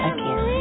Again